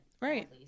Right